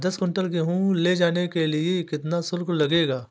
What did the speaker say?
दस कुंटल गेहूँ ले जाने के लिए कितना शुल्क लगेगा?